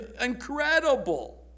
incredible